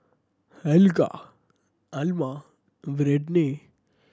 Helga Alma and Britney